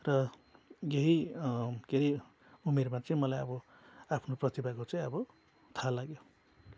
र यही के अरे उमेरमा चाहिँ मलाई अब आफ्नो प्रतिभाको चाहिँ अब थाहा लाग्यो